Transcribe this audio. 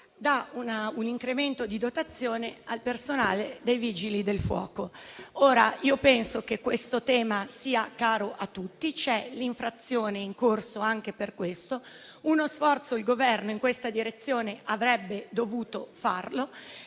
dà un incremento di dotazione al personale dei Vigili del fuoco. Ora, io penso che questo tema sia caro a tutti; c'è un'infrazione in corso anche su questo. Il Governo in questa direzione avrebbe dovuto fare